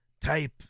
type